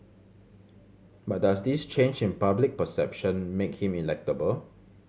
but does this change in public perception make him electable